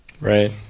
Right